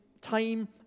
time